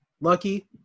Lucky